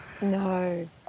No